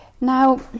Now